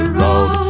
road